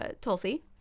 Tulsi